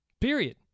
Period